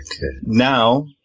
now